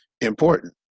important